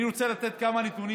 אני רוצה לתת כמה נתונים.